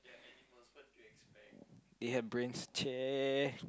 it had brains chey